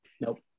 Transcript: Nope